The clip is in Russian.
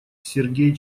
сергей